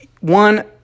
one